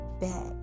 back